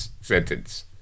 sentence